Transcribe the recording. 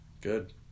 Good